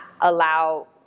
allow